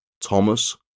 Thomas